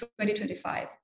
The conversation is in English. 2025